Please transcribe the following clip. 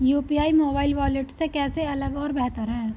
UPI mobile wallet से कैसे अलग और बेहतर है?